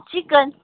chicken